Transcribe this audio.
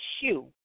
shoe